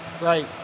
Right